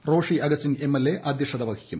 Roshy Augustine MLA അധ്യക്ഷത വഹിക്കും